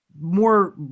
More